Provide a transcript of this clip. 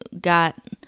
got